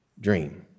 dream